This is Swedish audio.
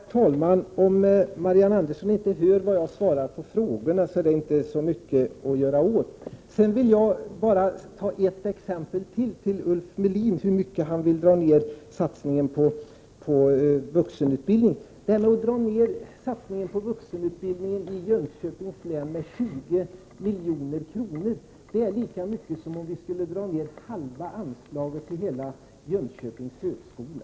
Herr talman! Om Marianne Andersson inte hör vad jag svarar på hennes frågor, är det inte mycket att göra åt det. Jag vill ge Ulf Melin ytterligare ett exempel på vad den minskning som han vill göra på vuxenutbildningen motsvarar. En minskning av satsningen på vuxenutbildningen i Jönköpings län med 20 milj.kr. är lika mycket som en indragning av halva anslaget till Jönköpings högskola.